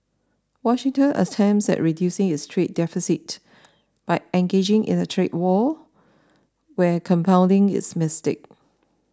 Washington's attempts at reducing its trade deficit by engaging in a trade war were compounding its mistakes